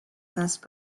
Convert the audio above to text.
since